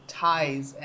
ties